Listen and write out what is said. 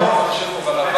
אני רושם.